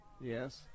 Yes